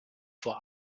vor